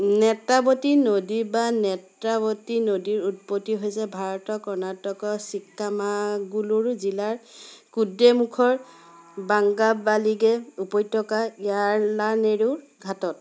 নেত্ৰাৱতী নদী বা নেত্ৰাৱতী নদীৰ উৎপত্তি হৈছে ভাৰতৰ কৰ্ণাটকৰ চিক্কামাগলুৰু জিলাৰ কুদ্ৰেমুখৰ বাংগ্ৰাবালিগে উপত্যকা য়াল্লানেৰুৰ ঘাটত